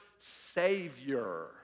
Savior